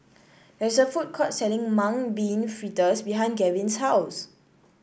there is a food court selling Mung Bean Fritters behind Gavin's house